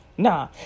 Nah